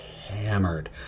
hammered